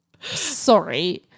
Sorry